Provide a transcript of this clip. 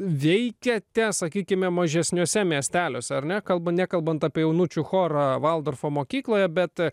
veikiate sakykime mažesniuose miesteliuose ar nekalba nekalbant apie jaunučių choro valdorfo mokykloje bet